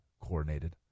coordinated